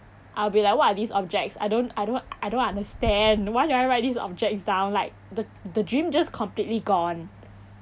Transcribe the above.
I will be like what are these objects I don't I don't I don't understand why did I write these objects down like the the dream just completely gone